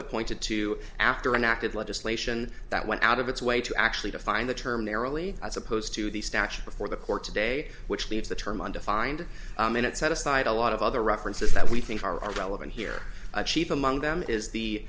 it pointed to after an act of legislation that went out of its way to actually define the term narrowly as opposed to the statute before the court today which leaves the term undefined minute set aside a lot of other references that we think are relevant here chief among them is the